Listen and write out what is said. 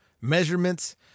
Measurements